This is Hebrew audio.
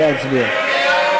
נא להצביע.